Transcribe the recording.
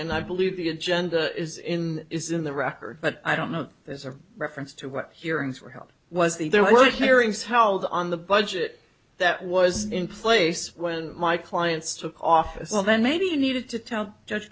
and i believe the agenda is in is in the record but i don't know if there's a reference to what hearings were held was there what hearings held on the budget that was in place when my clients took office well then maybe you needed to tell judge